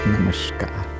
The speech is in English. Namaskar